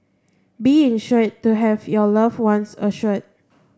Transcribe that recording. be insured to have your loved ones assured